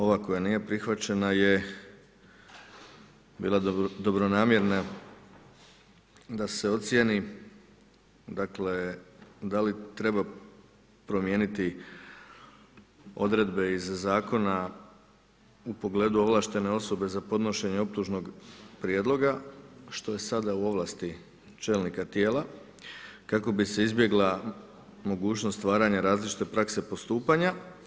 Ova koja nije prihvaćena je bila dobronamjerna da se ocijeni, dakle da li treba promijeniti odredbe iz zakona u pogledu ovlaštene osobe za podnošenje optužnog prijedloga što je sada u ovlasti čelnika tijela kako bi se izbjegla mogućnost stvaranja različite prakse postupanja.